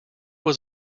was